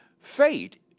fate